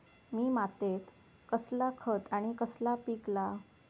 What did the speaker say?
त्या मात्येत कसला खत आणि कसला पीक लाव?